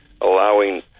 allowing